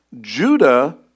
Judah